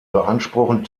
beanspruchen